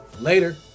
Later